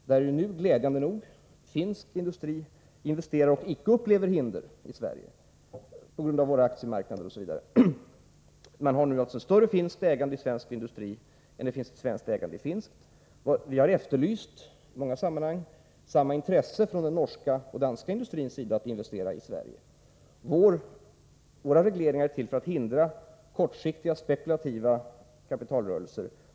Det finns glädjande nog finska industrier som vill investera här och som icke upplever hinder i Sverige på grund av våra aktiemarknader osv. Vi har alltså nu större finskt ägande i svensk industri än svenskt ägande i finsk industri. Vi har i många sammanhang efterlyst samma intresse från norska och danska industriers sida att investera i Sverige. Våra regleringar är till för att hindra kortsiktiga spekulativa kapitalrörelser.